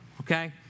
okay